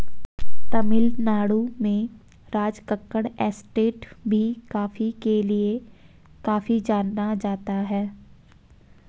तमिल नाडु में राजकक्कड़ एस्टेट भी कॉफी के लिए काफी जाना जाता है